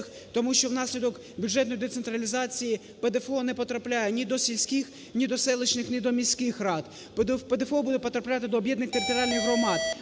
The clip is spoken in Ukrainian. тому що внаслідок бюджетної децентралізації ПДФО не потрапляє ні до сільських, ні до селищних, ні до міських рад, ПДФО буде потрапляти до об'єднаних територіальних громад.